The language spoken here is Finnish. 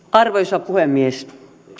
arvoisa puhemies